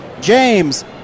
james